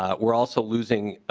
ah we are also losing